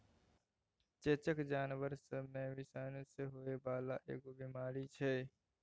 चेचक जानबर सब मे विषाणु सँ होइ बाला एगो बीमारी छै